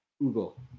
Google